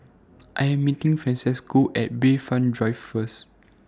I Am meeting Francesco At Bayfront Drive First